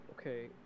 Okay